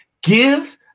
give